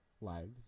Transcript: lives